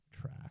track